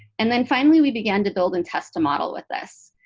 and then finally, we began to build and test a model with this.